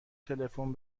تلفن